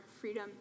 freedom